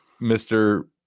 Mr